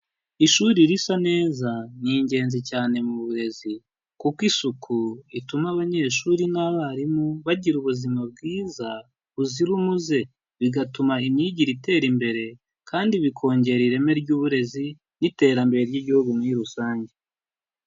Ishuri risa neza ni ingenzi cyane mu burezi kuko isuku ituma abanyeshuri n'abarimu bagira ubuzima bwiza buzira umuze, bigatuma imyigire itera imbere kandi bikongera ireme ry'uburezi n'iterambere ry'igihugu muri rusange.